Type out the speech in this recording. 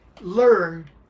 learn